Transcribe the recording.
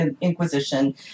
Inquisition